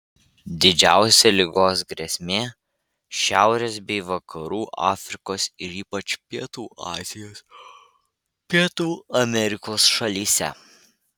didžiausia ligos grėsmė šiaurės bei vakarų afrikos ir ypač pietų azijos pietų amerikos šalyse